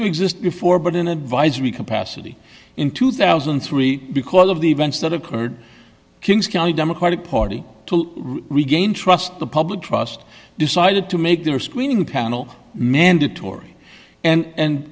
to exist before but in advisory capacity in two thousand and three because of the events that occurred kings county democratic party to regain trust the public trust decided to make their screening panel mandatory and